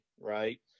Right